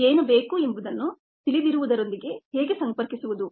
ಈಗ ಏನು ಬೇಕು ಎಂಬುದನ್ನು ತಿಳಿದಿರುವುದರೊಂದಿಗೆ ಹೇಗೆ ಸಂಪರ್ಕಿಸುವುದು